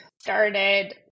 started